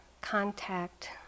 contact